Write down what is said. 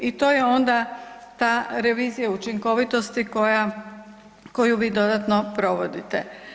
I to je onda ta revizija učinkovitosti koja, koju vi dodatno provodite.